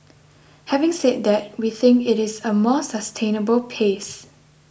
having said that we think it is a more sustainable pace